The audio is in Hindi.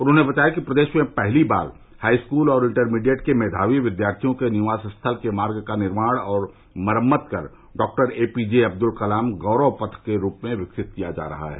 उन्होंने वताया कि प्रदेश में पहली बार हाईस्कल और इंटरमीडिएट के मेघावी विद्यार्थियों के निवास स्थल के मार्ग का निर्माण और मरम्मत कर डॉक्टर एपीजे अब्दुल कलाम गौरव पथ के रूप में विकसित किया जा रहा है